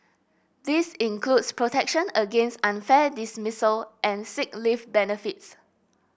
this includes protection against unfair dismissal and sick leave benefits